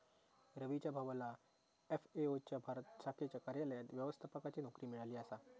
रवीच्या भावाला एफ.ए.ओ च्या भारत शाखेच्या कार्यालयात व्यवस्थापकाची नोकरी मिळाली आसा